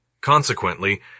Consequently